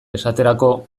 esaterako